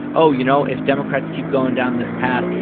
oh, you know, if democrats keep going down this path,